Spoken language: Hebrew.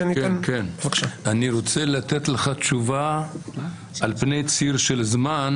אני רוצה לתת תשובה על פני ציר של זמן